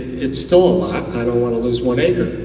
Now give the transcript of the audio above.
it's still a lot, i don't want to lose one acre,